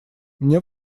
мне